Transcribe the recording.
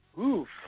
Oof